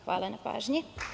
Hvala na pažnji.